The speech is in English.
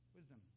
Wisdom